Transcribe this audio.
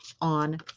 on